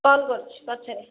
call କରୁଛି ପଛରେ